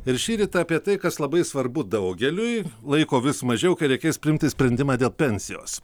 ir šįryt apie tai kas labai svarbu daugeliui laiko vis mažiau kai reikės priimti sprendimą dėl pensijos